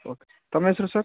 okay ತಮ್ಮ ಹೆಸರು sir